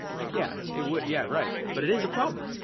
like yeah, it would. yeah, right, but it is a problem.